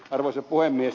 arvoisa puhemies